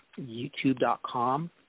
youtube.com